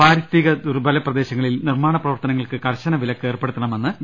പാരിസ്ഥിതിക ദുർബല പ്രദേശങ്ങളിൽ നിർമ്മാണ പ്രവർത്തന ങ്ങൾക്ക് കർശന വിലക്കേർപ്പെടുത്തണമെന്ന് വി